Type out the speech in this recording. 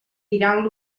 tirant